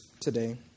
today